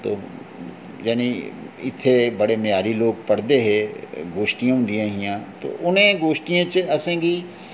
ते जानि इत्थै बड़े म्यारी लोक पढ़दे हे गोष्ठियां होंदियां हियां तो उ'नें गोष्ठियें च असें गी